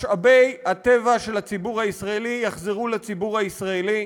משאבי הטבע של הציבור הישראלי יחזרו לציבור הישראלי.